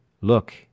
Look